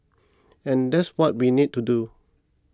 and that's what we need to do